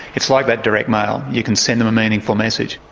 it's like that direct mail you can send them a meaningful message.